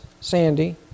Sandy